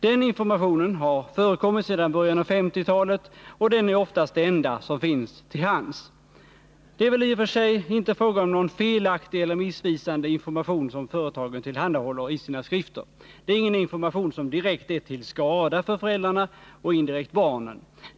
Den informationen har förekommit sedan början av 1950-talet, och den är oftast det enda som finns till hands. Det är väl i och för sig inte fråga om någon felaktig eller missvisande information som företagen tillhandahåller i sina skrifter. Det är ingen information som direkt är till skada för föräldrarna och indirekt för barnen.